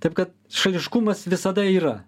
taip kad šališkumas visada yra